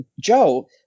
Joe